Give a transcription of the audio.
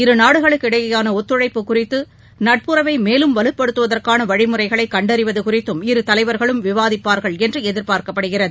இருநாடுகளுக்கிடையேயான அப்போது ஒத்துழைப்பு குறித்து நட்புறவை மேலும் வலுப்படுத்துவதற்கான வழிமுறைகளை கண்டறிவது குறித்தும் இருதலைவா்களும் விவாதிப்பார்கள் என்று எதிர்பார்க்கப்படுகிறது